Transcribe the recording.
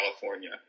California